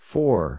Four